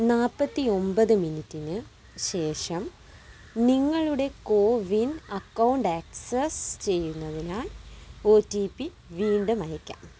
നാൽപ്പത്തി ഒമ്പത് മിനിറ്റിന് ശേഷം നിങ്ങളുടെ കോവിൻ അക്കൗണ്ട് ആക്സസ് ചെയ്യുന്നതിനായി ഒ ടി പി വീണ്ടും അയയ്ക്കാം